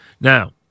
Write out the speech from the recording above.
Now